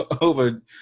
over –